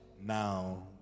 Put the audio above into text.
now